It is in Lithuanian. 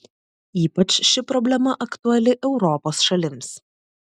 ypač ši problema aktuali europos šalims